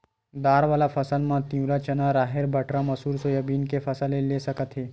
दार वाला फसल म तिंवरा, चना, राहेर, बटरा, मसूर, सोयाबीन के फसल ले सकत हे